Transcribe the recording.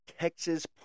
Texas